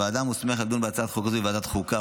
הוועדה המוסמכת לדון בהצעת חוק זו היא ועדת חוקה,